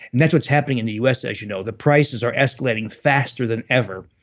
and that's what's happening in the us as you know. the prices are escalating faster than ever,